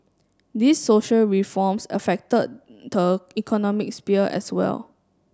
these social reforms affected the economic sphere as well